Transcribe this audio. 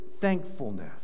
thankfulness